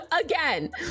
Again